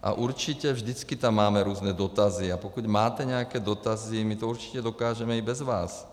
A určitě vždycky tam máme různé dotazy, a pokud máte nějaké dotazy, my to určitě dokážeme i bez vás.